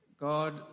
God